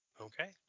Okay